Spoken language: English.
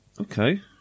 okay